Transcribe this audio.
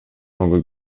något